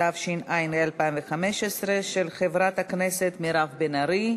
התשע"ה 2015, של חברת הכנסת מירב בן ארי.